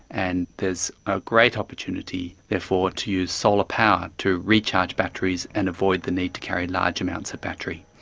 and there's a great opportunity therefore to use solar power to recharge batteries and avoid the need to carry large amounts of battery.